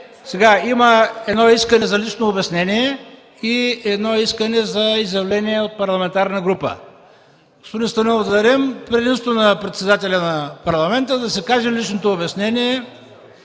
Има едно искане за лично обяснение и едно искане за изявление от името на парламентарна група. Господин Станилов, да дадем предимство на председателя на Парламента да каже личното си обяснение